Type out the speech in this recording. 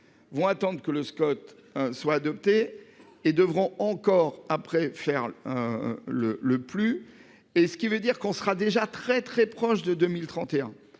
Vont attendre que le Scott soit adoptée et devront encore après. Hein le le plus et ce qui veut dire qu'on sera déjà très très proche de 2031